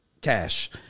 Cash